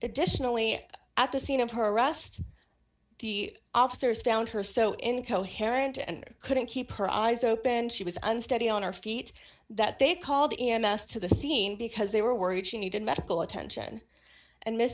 additionally at the scene of her arrest the officers found her so incoherent and couldn't keep her eyes open she was unsteady on her feet that they called in and asked to the scene because they were worried she needed medical attention and miss